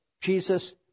Jesus